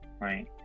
right